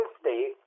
state